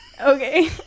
Okay